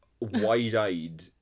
wide-eyed